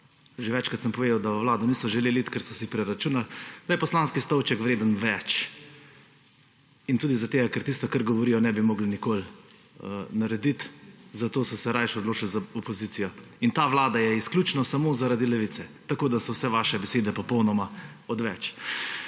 Že večkrat sem povedal, da v Vlado niso želeli iti, ker so si preračunali, da je poslanski stolček vreden več. In tudi zaradi tega, ker tistega, kar govorijo, ne bi mogli nikoli narediti. Zato so se raje odločili za opozicijo. In ta vlada je izključno in samo zaradi Levice, tako da so vse vaše besede popolnoma odveč.